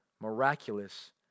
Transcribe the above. miraculous